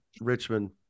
Richmond